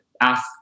ask